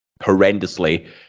horrendously